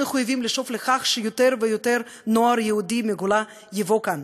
אנחנו מחויבים לשאוף לכך שיותר ויותר נוער יהודי מהגולה יבוא לכאן,